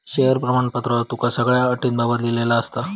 share प्रमाणपत्रावर तुका सगळ्यो अटींबाबत लिव्हलेला दिसात